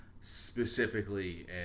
specifically